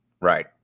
Right